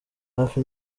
hafi